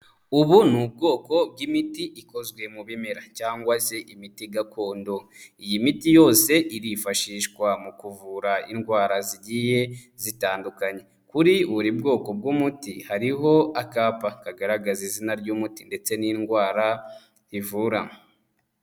Ubu ni ubwoko bw'imiti ikozwe mu bimera cyangwa se imiti gakondo. Iyi miti yose irifashishwa mu kuvura indwara zigiye zitandukanye. Kuri buri bwoko bw'umuti hariho akapa kagaragaza izina ry'umuti ndetse n'indwara ivura.